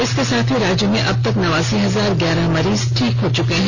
इसके साथ ही राज्य में अब तक नवासी हजार ग्यारह मरीज ठीक हो चुके हैं